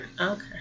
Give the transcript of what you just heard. Okay